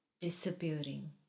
disappearing